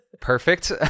perfect